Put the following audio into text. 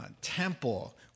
temple